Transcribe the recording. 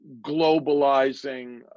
globalizing